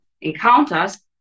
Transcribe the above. encounters